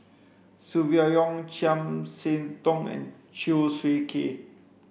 Silvia Yong Chiam See Tong and Chew Swee Kee